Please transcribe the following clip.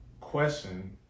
question